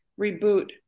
reboot